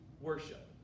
worship